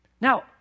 Now